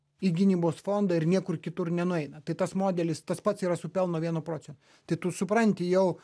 į gynybos fondą ir niekur kitur nenueina tai tas modelis tas pats yra su pelno vienu procentu tai tu supranti jau